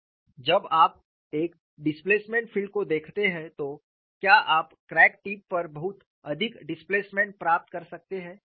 जब आप एक डिस्प्लेसमेंट फील्ड को देखते हैं तो क्या आप क्रैक टिप पर बहुत अधिक डिस्प्लेसमेंट प्राप्त कर सकते हैं